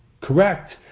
correct